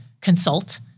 consult